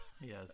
Yes